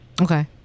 Okay